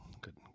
good